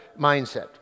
mindset